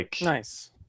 Nice